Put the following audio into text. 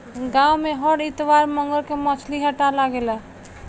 गाँव में हर इतवार मंगर के मछली हट्टा लागेला